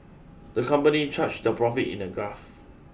the company charted their profits in a graph